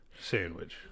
sandwich